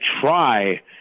try